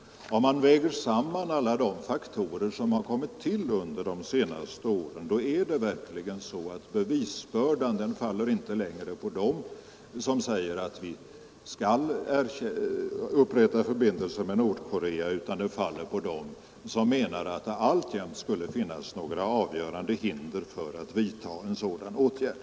Om man väger samman alla de faktorer som kommit till under de senaste åren, då faller bevisbördan verkligen inte längre på dem som säger att vi skall upprätta förbindelser med Nordkorea utan den faller på dem som menar att det alltjämt skulle finnas några avgörande hinder för att vidtaga en sådan åtgärd.